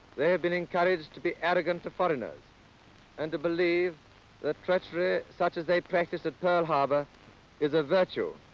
they have been encouraged to be arrogant to foreigners and to believe that treachery such as they practiced at pearl harbor is a virtue,